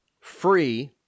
free